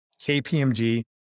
KPMG